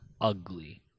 Ugly